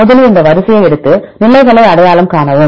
முதலில் இந்த வரிசையை எடுத்து நிலைகளை அடையாளம் காணவும்